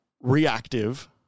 reactive